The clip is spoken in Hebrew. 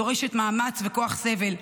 דורשת מאמץ וכוח סבל,